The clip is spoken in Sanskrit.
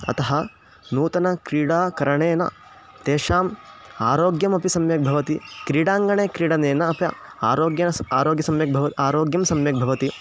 अतः नूतनक्रीडाकरणेन तेषाम् आरोग्यमपि सम्यक् भवति क्रीडाङ्गणे क्रीडनेन अपि आरोग्येन आरोग्यसम्यक् भव आरोग्यं सम्यक् भवति